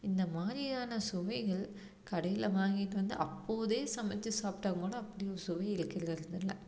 இந்த மாதிரியான சுவைகள் கடையில் வாங்கிட்டு வந்து அப்போது சமைச்சி சாப்பிட்டாங் கூடோ அப்படி ஒரு சுவை இருக்கிறது இல்லை